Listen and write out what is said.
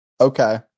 Okay